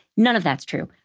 none of that's true.